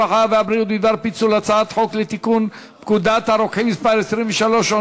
הרווחה והבריאות בדבר פיצול הצעת חוק לתיקון פקודת הרוקחים (מס' 23)